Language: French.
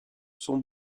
sont